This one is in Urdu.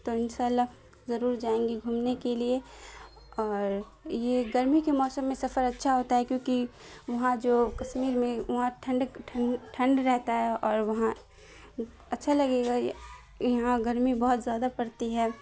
تو ان شاء اللہ ضرور جائیں گے گھومنے کے لیے اور یہ گرمی کے موسم میں سفر اچھا ہوتا ہے کیونکہ وہاں جو کشمیر میں وہاں ٹھنڈک ٹھنڈ ٹھنڈ رہتا ہے اور وہاں اچھا لگے گا یہاں گرمی بہت زیادہ پڑتی ہے